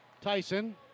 Tyson